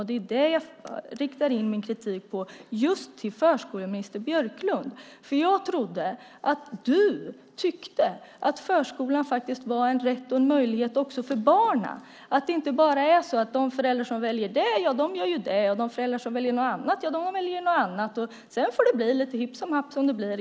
Det är det jag riktar in min kritik på, just till förskoleminister Björklund. Jag trodde att du tyckte att förskolan faktiskt var en rätt och en möjlighet också för barnen, att det inte bara är så att de föräldrar som väljer den gör det och de föräldrar som väljer något annat väljer något annat. Sedan får det bli som det blir, lite hipp som happ.